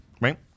Right